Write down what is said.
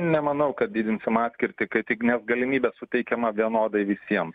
nemanau kad didinsim atkirtį kad tik nes galimybė suteikiama vienodai visiem